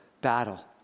battle